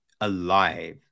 alive